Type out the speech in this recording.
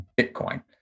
Bitcoin